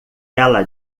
ela